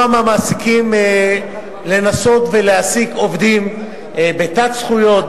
מהמעסיקים לנסות ולהעסיק עובדים בתת-זכויות,